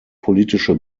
politische